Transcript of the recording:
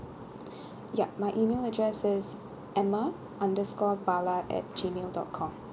yup my E-mail address is emma underscore bala at Gmail dot com